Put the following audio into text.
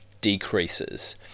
decreases